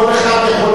דרך אגב,